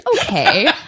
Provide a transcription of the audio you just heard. okay